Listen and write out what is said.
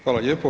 Hvala lijepo.